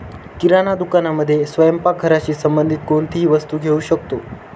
किराणा दुकानामध्ये स्वयंपाक घराशी संबंधित कोणतीही वस्तू घेऊ शकतो